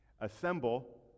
Assemble